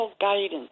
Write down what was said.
guidance